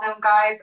guys